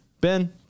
Ben